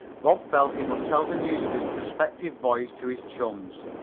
bob felt he must tell the news of his prospective voyage to his chums.